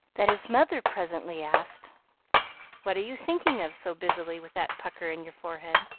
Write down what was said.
that his mother presently asked what are you thinking of so busily, with that pucker in your forehead?